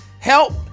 help